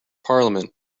parliament